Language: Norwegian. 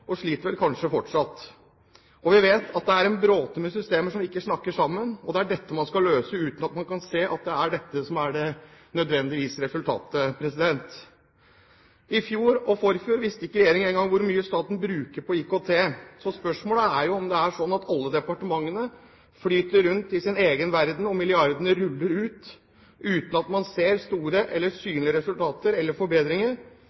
og sliter vel kanskje fortsatt. Vi vet også at det er en bråte med systemer som ikke snakker sammen, og det er det man skal løse, uten at man kan se at det nødvendigvis blir resultatet. I fjor og i forfjor visste ikke regjeringen engang hvor mye staten bruker på IKT. Spørsmålet er om det er sånn at alle departementene flyter rundt i sin egen verden og milliardene ruller ut uten at man ser store eller